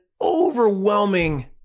overwhelming